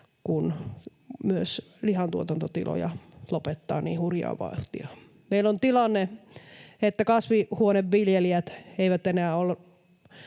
kun myös lihantuotantotiloja lopettaa niin hurjaa vauhtia. Meillä on tilanne, että kasvihuoneviljelijät eivät enää